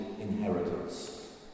inheritance